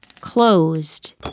closed